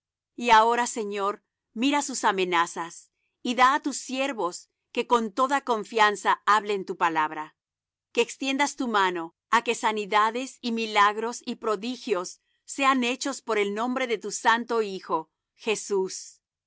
y ahora señor mira sus amenazas y da á tus siervos que con toda confianza hablen tu palabra que extiendas tu mano á que sanidades y milagros y prodigios sean hechos por el nombre de tu santo hijo jesús